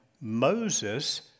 Moses